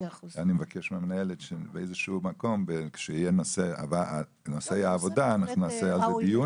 אני מבקש מהמנהלת שבאיזשהו מקום בנושאי העבודה אנחנו נקיים על זה דיון.